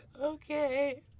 Okay